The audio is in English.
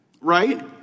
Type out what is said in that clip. right